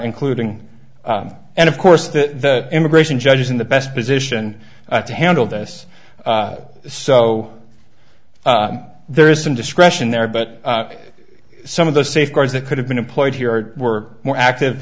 including and of course the immigration judges in the best position to handle this so there is some discretion there but some of the safeguards that could have been employed here were more active